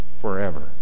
forever